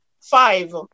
five